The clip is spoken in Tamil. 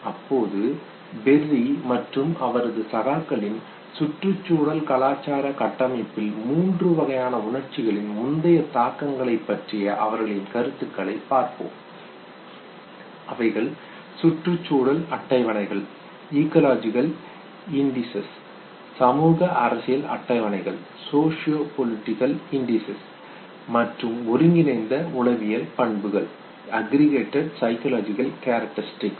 அப்போது பெர்ரி மற்றும் அவரது சகாக்களின் சுற்றுச்சூழல் கலாச்சார கட்டமைப்பில் மூன்று வகையான உணர்ச்சிகளின் முந்தைய தாக்கங்களை பற்றிய அவர்களின் கருத்துக்களை பார்ப்போம் அவைகள் சுற்றுச்சூழல் அட்டவணைகள் இகலாஜிகல் இண்டிஸஸ் சமூக அரசியல் அட்டவணைகள் சோசியோ பொலிடிகல் இண்டிஸஸ் மற்றும் ஒருங்கிணைந்த உளவியல் பண்புகள் அக்ரகேட்டட் சைகோலாஜிகல் கேரிஸ்டிக்ஸ்